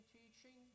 teaching